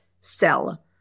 cell